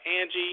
Angie